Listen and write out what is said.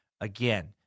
again